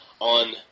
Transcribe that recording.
on